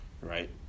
right